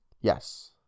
Yes